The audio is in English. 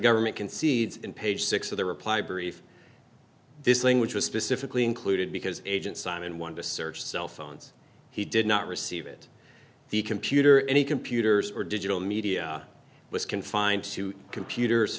government concedes in page six of the reply brief this language was specifically included because agent simon wanted to search cell phones he did not receive it the computer any computers or digital media was confined to computers